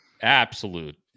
absolute